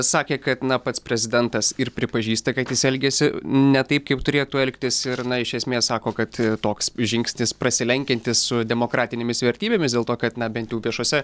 sakė kad na pats prezidentas ir pripažįsta kad jis elgiasi ne taip kaip turėtų elgtis ir na iš esmės sako kad toks žingsnis prasilenkiantis su demokratinėmis vertybėmis dėl to kad na bent jau viešose